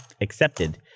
accepted